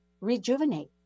rejuvenate